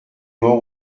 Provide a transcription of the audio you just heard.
mort